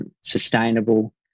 sustainable